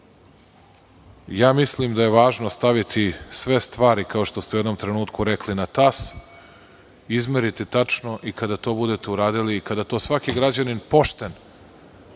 mislim da je važno staviti sve stvari, kao što ste u jednom trenutku rekli, na tas, izmeriti tačno, i kada to budete uradili i kada to svaki građanin pošten,